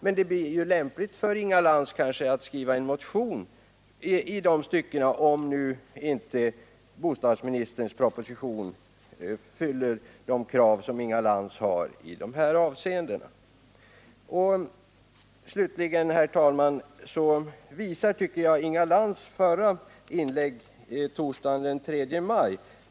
Men det är lämpligt att Inga Lantz väcker en motion för den händelse att bostadsministerns proposition inte kommer att motsvara de krav som Inga Lantz ställer i detta avseende. Jag vill slutligen, herr talman, kommentera Inga Lantz inlägg torsdagen den 3 maj.